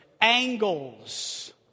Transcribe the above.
angles